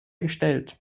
gestellt